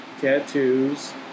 Tattoos